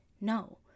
No